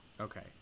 Okay